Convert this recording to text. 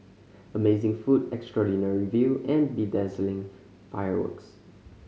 amazing food extraordinary view and bedazzling fireworks